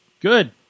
Good